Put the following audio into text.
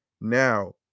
Now